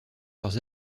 leurs